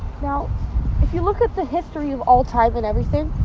now if you look at the history of all time and everything,